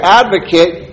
advocate